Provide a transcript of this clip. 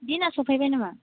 दिनआ सफैबाय नामा